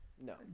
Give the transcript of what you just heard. No